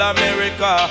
America